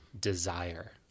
desire